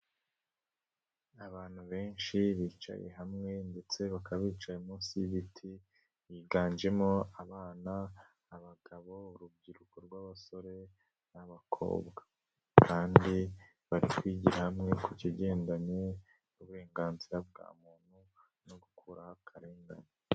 Abantu benshi bicaye hamwe ndetse bakaba bicaye munsi y'ibiti biganjemo abana, abagabo, urubyiruko rw'abasore n'abakobwa, kandi bari kwigira hamwe ku kigendanye n'uburenganzira bwa muntu no gukuraho akarengane.